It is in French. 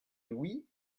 louis